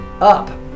up